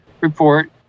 report